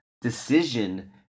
decision